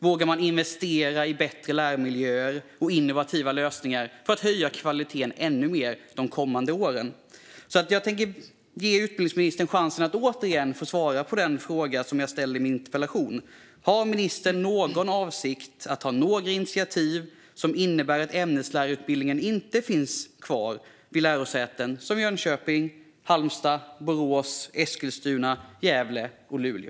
Vågar man investera i bättre läromiljöer och innovativa lösningar för att höja kvaliteten ännu mer de kommande åren? Jag tänker återigen ge utbildningsministern chansen att svara på den fråga som jag ställde i min interpellation. Har ministern någon avsikt att ta några initiativ som innebär att ämneslärarutbildningen inte finns kvar vid lärosäten som Jönköping, Halmstad, Borås, Eskilstuna, Gävle och Luleå?